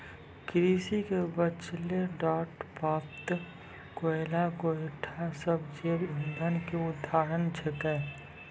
कृषि के बचलो डांट पात, कोयला, गोयठा सब जैव इंधन के उदाहरण छेकै